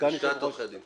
לשכת עורכי הדין.